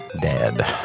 dead